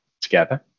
Together